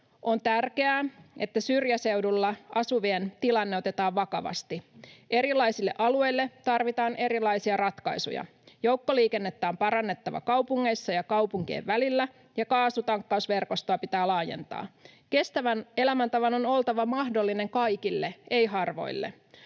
On tärkeää, että syrjäseudulla asuvien tilanne otetaan vakavasti. Erilaisille alueille tarvitaan erilaisia ratkaisuja. Joukkoliikennettä on parannettava kaupungeissa ja kaupunkien välillä, ja kaasutankkausverkostoa pitää laajentaa. Kestävän elämäntavan on oltava mahdollinen kaikille, ei harvoille.